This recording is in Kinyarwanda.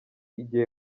igihe